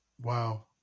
Wow